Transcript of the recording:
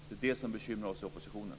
Det är det som bekymrar oss i oppositionen.